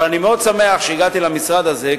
אבל אני שמח שהגעתי למשרד הזה,